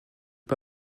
que